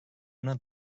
ona